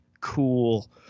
cool